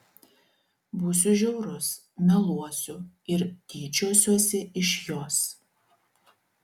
būsiu žiaurus meluosiu ir tyčiosiuosi iš jos